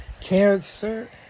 Cancer